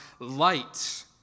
light